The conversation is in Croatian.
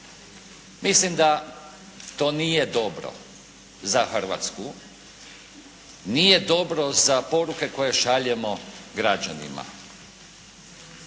Mislim da to nije dobro za Hrvatsku. Nije dobro za poruke koje šaljemo građanima.